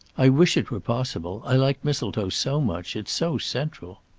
i wish it were possible. i like mistletoe so much. it's so central.